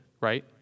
right